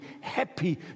happy